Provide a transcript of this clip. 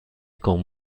con